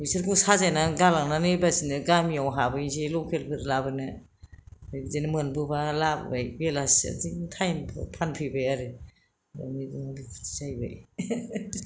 बिसोरखौ साजायनानै गालांनानै ओइबासिनो गामियाव हाबहैनोसै लकेलफोर लाबोनो बिदिनो मोनबोब्ला लाबोबाय बेलासि आथिं टाइमफ्राव फानफैबाय आरो बिदि जाहैबाय